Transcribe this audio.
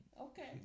Okay